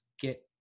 get